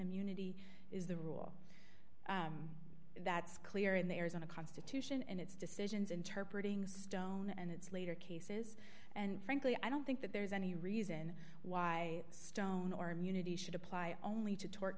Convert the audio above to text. immunity is the rule that's clear in the arizona constitution and its decisions interpretating stone and its later cases and frankly i don't think that there's any reason why stone or immunity should apply only to tort